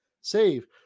Save